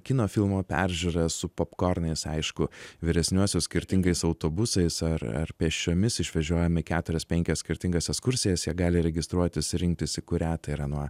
kino filmo peržiūrą su popkornais aišku vyresniuosius skirtingais autobusais ar ar pėsčiomis išvežiojame į keturias penkias skirtingas ekskursijas jie gali registruotis rinktis į kurią tai yra nuo